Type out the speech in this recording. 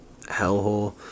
hellhole